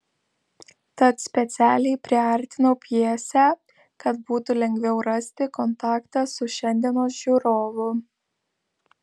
tad specialiai priartinau pjesę kad būtų lengviau rasti kontaktą su šiandienos žiūrovu